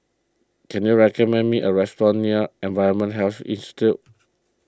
can you recommend me a restaurant near Environmental Health Institute